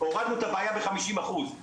הורדנו את הבעיה בחמישים אחוז,